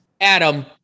adam